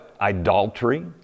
idolatry